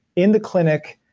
in the clinic,